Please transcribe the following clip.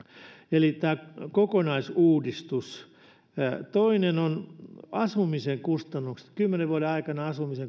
eli tämä kokonaisuudistus toinen on asumisen kustannukset kymmenen vuoden aikana asumisen